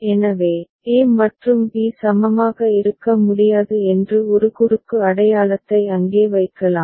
எனவே a மற்றும் b சமமாக இருக்க முடியாது என்று ஒரு குறுக்கு அடையாளத்தை அங்கே வைக்கலாம்